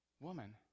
woman